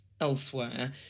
elsewhere